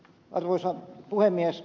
arvoisa puhemies